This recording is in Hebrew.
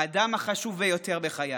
האדם החשוב ביותר בחיי,